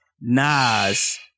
Nas